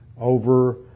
over